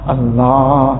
Allah